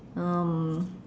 um